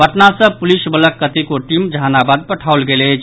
पटना सँ पुलिस बलक कतेको टीम जहानाबाद पठाओल गेल अछि